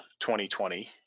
2020